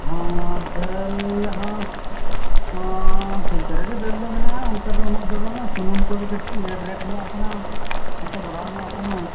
ᱦᱮᱸ ᱫᱟᱹᱞ ᱦᱚᱸ ᱴᱷᱤᱠ ᱫᱷᱟᱨᱟ ᱜᱮ ᱫᱟᱹᱞ ᱫᱚ ᱢᱮᱱᱟᱜᱼᱟ ᱚᱱᱠᱟ ᱫᱚ ᱩᱱᱟᱹᱜ ᱫᱚ ᱵᱟᱝᱟ ᱥᱩᱱᱩᱢ ᱠᱚᱜᱮ ᱠᱟᱹᱴᱤᱡ ᱞᱮᱹᱴ ᱧᱚᱜ ᱠᱟᱱᱟ ᱱᱟᱥᱮ ᱵᱟᱲᱦᱟᱣ ᱧᱚᱜ ᱠᱟᱱᱟ